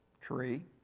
tree